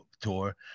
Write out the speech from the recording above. tour